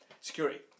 security